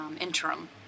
interim